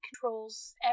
controls